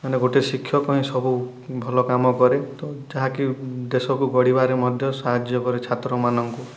ମାନେ ଗୋଟେ ଶିକ୍ଷକ ହିଁ ସବୁ ଭଲ କାମ କରେ ତ ଯାହା କି ଦେଶକୁ ଗଢ଼ିବାରେ ମଧ୍ୟ ସାହାଯ୍ୟ କରେ ଛାତ୍ରମାନଙ୍କୁ